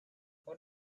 what